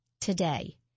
today